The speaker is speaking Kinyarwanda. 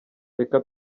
reka